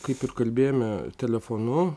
kaip ir kalbėjome telefonu